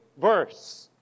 verse